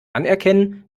anerkennen